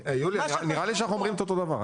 יוליה, נראה לי שאנחנו אומרים את אותו דבר.